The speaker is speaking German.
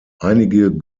einige